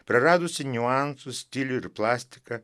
praradusi niuansus stilių ir plastiką